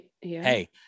Hey